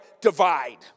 divide